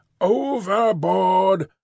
Overboard